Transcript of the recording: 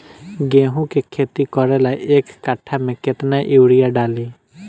गेहूं के खेती करे ला एक काठा में केतना युरीयाँ डाली?